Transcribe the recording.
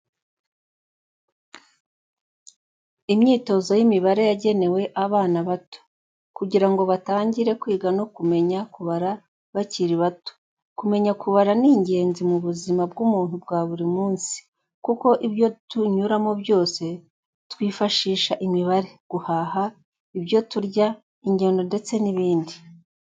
Imyitozo y'imibare yagenewe abana bato, kugira ngo batangire kwiga no kumenya kubara bakiri bato. Kumenya kubara ni ingenzi mu buzima bw'umuntu bwa buri munsi, kuko ibyo tunyuramo byose twifashisha imibare, guhaha ibyo turya, ingendo ndetse n'ibindi.